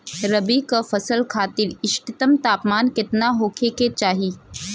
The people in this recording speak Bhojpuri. रबी क फसल खातिर इष्टतम तापमान केतना होखे के चाही?